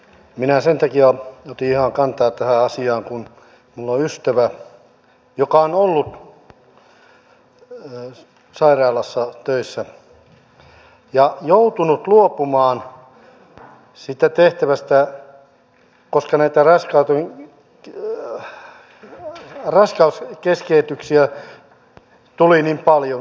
minä sen takia otin ihan kantaa tähän asiaan kun minulla on ystävä joka on ollut sairaalassa töissä ja joutunut luopumaan siitä tehtävästä koska näitä raskaudenkeskeytyksiä tuli niin paljon hänen eteensä